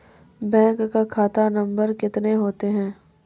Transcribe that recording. Bank का खाता number कितने होते हैं?